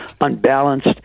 unbalanced